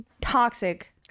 Toxic